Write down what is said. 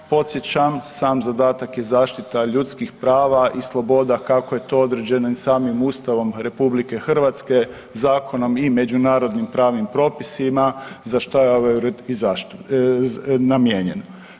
Podsjećam sam zadatak je zaštita ljudskih prava i sloboda kako je to određeno samim Ustavom RH, zakonom i međunarodnim pravnim propisima za što je ovaj ured i namijenjen.